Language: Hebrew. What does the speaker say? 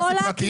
אלי פולק,